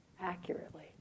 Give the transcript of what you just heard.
accurately